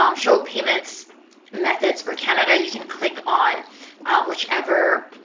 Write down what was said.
um show payment methods for canada, you can click on whichever